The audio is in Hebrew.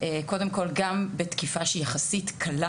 קודם כל גם בתקיפה שהיא יחסית קלה.